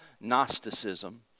Gnosticism